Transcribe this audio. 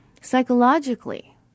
Psychologically